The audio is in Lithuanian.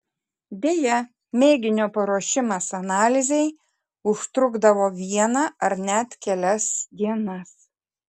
deja mėginio paruošimas analizei užtrukdavo vieną ar net kelias dienas